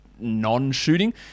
non-shooting